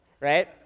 right